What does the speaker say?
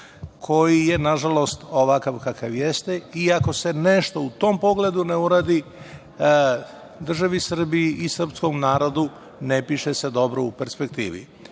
koji je, nažalost, ovakav kakav jeste i ako se nešto u tom pogledu ne uradi, državi Srbiji i srpskom narodu ne piše se dobro u perspektivi.